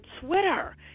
Twitter